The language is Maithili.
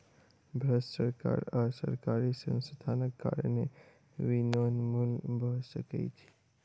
भ्रष्ट सरकार आ सरकारी संस्थानक कारणें वनोन्मूलन भ सकै छै